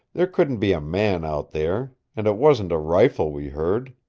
there couldn't be a man out there, and it wasn't a rifle we heard.